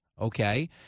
okay